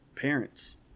parents